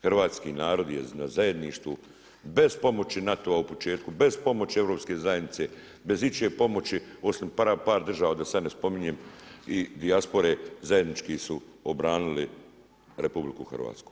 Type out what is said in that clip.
Hrvatski narod je na zajedništvu bez pomoći NATO-a u početku, bez pomoći Europske zajednice, bez ičije pomoći osim par država da sada ne spominjem i dijaspore zajednički su obranili RH.